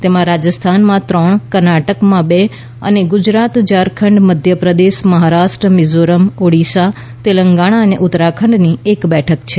તેમાં રાજસ્થાનમાં ત્રણ કર્ણાટકમાં બે અને ગુજરાત ઝારખંડ મધ્યપ્રદેશ મહારાષ્ટ્ર મિઝોરમ ઓડિશા તેલંગાણા અને ઉત્તરાખંડની એક બેઠક છે